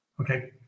Okay